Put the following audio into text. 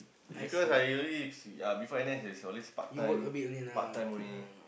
because I already uh before N_S it's always part time part time only